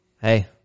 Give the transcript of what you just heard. Hey